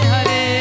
Hare